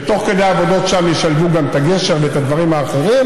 ותוך כדי העבודות שם ישלבו גם את הגשר ואת הדברים האחרים,